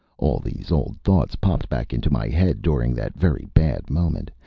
all these old thoughts popped back into my head during that very bad moment.